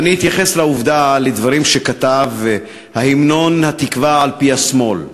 ואני אתייחס לדברים שכתב המנון "התקווה" על-פי השמאל.